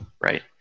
right